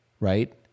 right